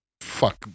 Fuck